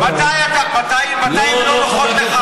מתי שהן לא נוחות לך, אז לא.